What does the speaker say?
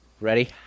Ready